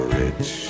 rich